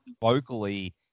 vocally